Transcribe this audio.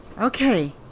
Okay